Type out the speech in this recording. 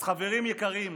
אז חברים יקרים,